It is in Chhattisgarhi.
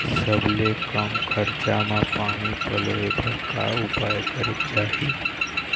सबले कम खरचा मा पानी पलोए बर का उपाय करेक चाही?